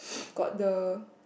got the